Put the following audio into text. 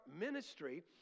ministry